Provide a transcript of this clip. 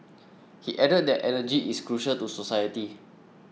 he added that energy is crucial to society